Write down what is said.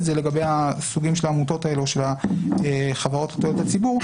זה לגבי הסוגים של העמותות האלה או החברות לתועלת הציבור,